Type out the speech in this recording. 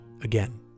again